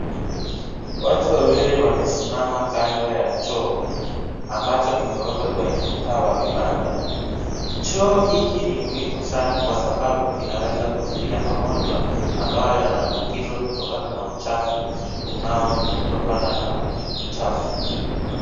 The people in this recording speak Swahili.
Watu wawili wamesimama kando ya choo. Ambacho kimewekwa kwenye mtaa wa vibanda. Choo hiki ni muhimu sana kwa sababu kinaweza kuzuia magonjwa, ambayo yanaambukizwa kutokana na uchafu unaotokana na uchafu.